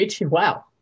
Wow